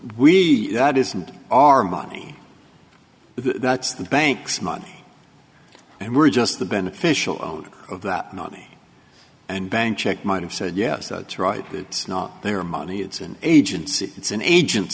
know that isn't our money that's the bank's money and we're just the beneficial out of that money and bank check might have said yes that's right it's not their money it's an agency it's an agent